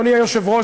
אדוני היושב-ראש,